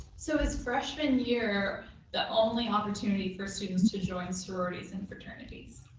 so is freshman year the only opportunity for students to join sororities and fraternities?